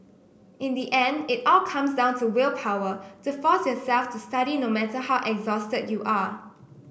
in the end it all comes down to willpower to force yourself to study no matter how exhausted you are